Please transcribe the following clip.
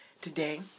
Today